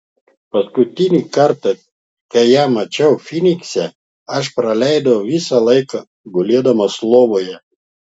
paskutinį kartą kai ją mačiau fynikse aš praleidau visą laiką gulėdama lovoje